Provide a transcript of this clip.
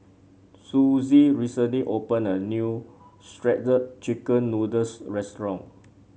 Sussie recently opened a new Shredded Chicken Noodles restaurant